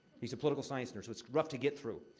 he's a political science nerd, so it's rough to get through.